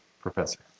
Professor